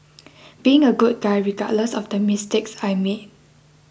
being a good guy regardless of the mistakes I made